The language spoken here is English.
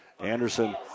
Anderson